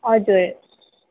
हजुर